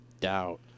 doubt